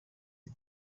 ati